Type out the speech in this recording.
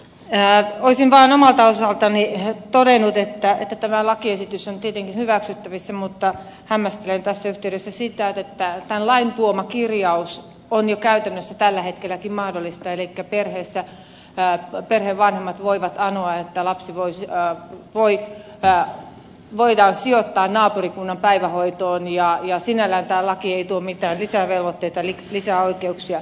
olisin vain omalta osaltani todennut että tämä lakiesitys on tietenkin hyväksyttävissä mutta hämmästelen tässä yhteydessä sitä että tämän lain tuoma kirjaus on jo käytännössä tällä hetkelläkin mahdollista elikkä perheen vanhemmat voivat anoa että lapsi voidaan sijoittaa naapurikunnan päivähoitoon ja sinällään tämä laki ei tuo mitään lisävelvoitteita lisäoikeuksia